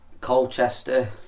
Colchester